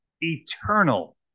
eternal